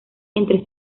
entre